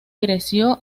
creció